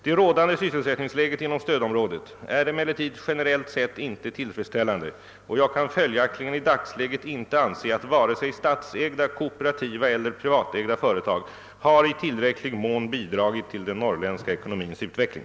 Det rådande sysselsättningsläget inom stödområdet är emellertid generellt sett inte tillfredsställande, och jag kan följaktligen i dagsläget inte anse att vare sig statsägda, kooperativa eller privatägda företag har i tillräcklig mån bidragit till den norrländska ekonomins utveckling.